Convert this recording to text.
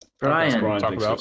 Brian